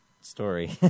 story